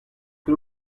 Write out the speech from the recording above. que